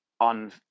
on